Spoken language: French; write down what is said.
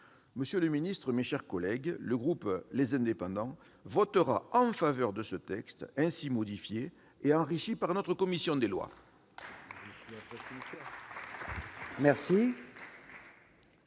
Monsieur le secrétaire d'État, mes chers collègues, le groupe Les Indépendants votera ce texte ainsi modifié et enrichi par notre commission des lois.